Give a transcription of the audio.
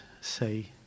say